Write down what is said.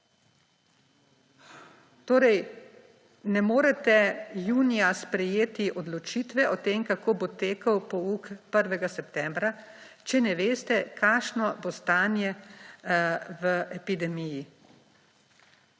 Torej ne morete junija sprejeti odločitve o tem, kako bo tekel pouk 1. septembra, če ne veste, kakšno bo stanje v epidemiji.